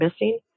missing